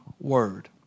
word